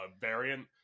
variant